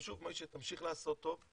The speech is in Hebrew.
ומשה תמשיך לעשות טוב,